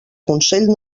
consell